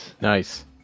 Nice